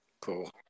Cool